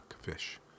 fish